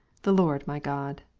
the lord my god.